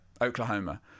Oklahoma